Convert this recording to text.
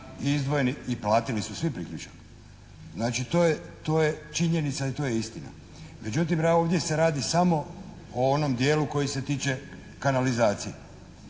reces i platili su svi priključak. Znači to je činjenica i to je istina. Međutim ovdje se radi samo o onom dijelu koji se tiče kanalizacije.